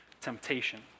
temptation